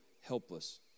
helpless